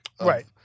Right